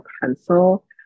pencil